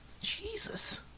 Jesus